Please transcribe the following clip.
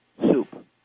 soup